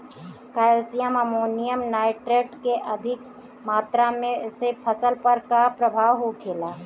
Calcium ammonium nitrate के अधिक मात्रा से फसल पर का प्रभाव होखेला?